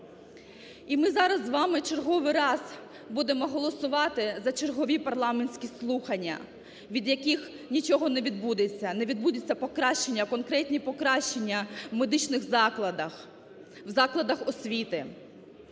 І ми зараз з вами черговий раз будемо голосувати за чергові парламентські слухання, від яких нічого не відбудеться. Не відбудуться покращання, конкретні покращання в медичних закладах, в закладах освіти.